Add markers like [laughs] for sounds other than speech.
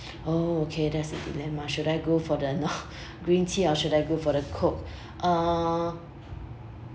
oh okay that's a dilemma should I go for the you know [laughs] green tea or should I go for the coke uh